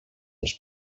els